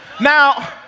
Now